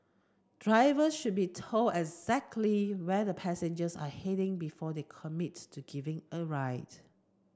driver should be told exactly where their passengers are heading before they commit to giving a ride